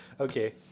Okay